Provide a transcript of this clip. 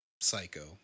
Psycho